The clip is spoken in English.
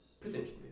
Potentially